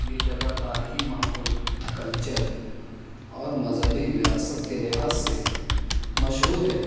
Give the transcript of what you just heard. یہ جگہ تاریخی ماحول کلچر اور مذہبی وراثت کے لحاظ سے مشہور ہے